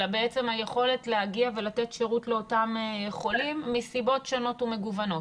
אלא בעצם היכולת להגיע ולתת שירות לאותם חולים מסיבות שונות ומגוונות.